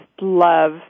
love